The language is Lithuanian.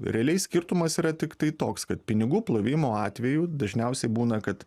realiai skirtumas yra tiktai toks kad pinigų plovimo atvejų dažniausiai būna kad